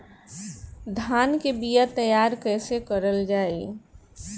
धान के बीया तैयार कैसे करल जाई?